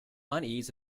unease